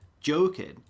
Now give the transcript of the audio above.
joking